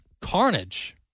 carnage